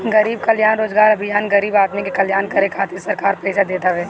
गरीब कल्याण रोजगार अभियान गरीब आदमी के कल्याण करे खातिर सरकार पईसा देत हवे